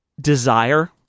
desire